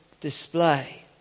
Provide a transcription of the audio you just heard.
display